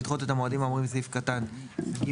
לדחות את המועדים האמורים בסעיף קטן (ג)(2),